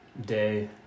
Day